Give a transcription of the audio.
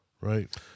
right